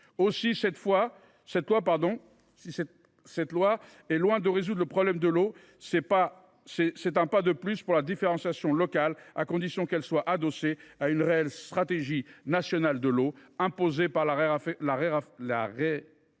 loi, si elle est loin de résoudre le problème de l’eau, est un pas de plus vers la différenciation locale, à condition que celle ci soit adossée à une réelle stratégie nationale de l’eau imposée par la raréfaction